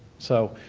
so